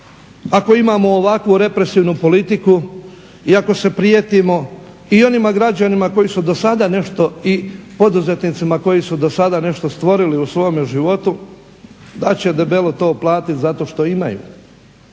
ako imamo ovakvu represivnu politiku i ako se prijetimo i onima građanima koji su do sada nešto i poduzetnicima koji su do sada nešto stvorili u svome životu da će debelo to platiti zato što imaju.